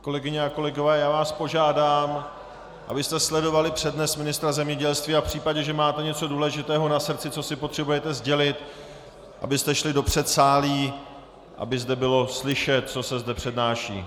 Kolegyně a kolegové, požádám vás, abyste sledovali přednes ministra zemědělství a v případě, že máte něco důležitého na srdci, co si potřebujete sdělit, abyste šli do předsálí, aby zde bylo slyšet, co se zde přednáší.